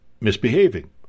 misbehaving